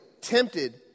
tempted